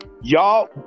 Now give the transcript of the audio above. Y'all